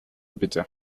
bitte